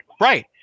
Right